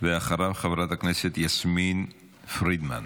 אחריו, חברת הכנסת יסמין פרידמן.